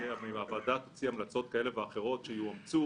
שאם הוועדה תוציא המלצות כאלו ואחרות שיואמצו